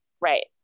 right